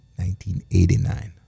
1989